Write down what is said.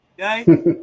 okay